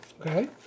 okay